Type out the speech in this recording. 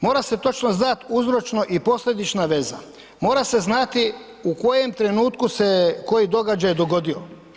Mora se točno znati uzročno i posljedična veza, mora se znati u kojem trenutku se koji događaj dogodio.